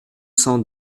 cent